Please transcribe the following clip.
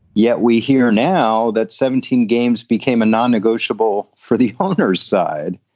yet we hear now that seventeen games became a non-negotiable for the partners side.